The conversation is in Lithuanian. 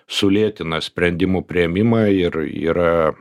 sulėtina sprendimų priėmimą ir yra